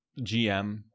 GM